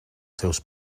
seus